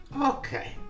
Okay